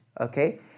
okay